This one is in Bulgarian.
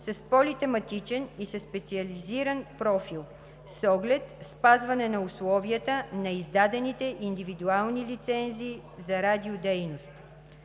(с политематичен и със специализиран профил) с оглед спазване на условията на издадените индивидуални лицензии за радиодейност.